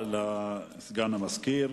תודה לסגן המזכיר.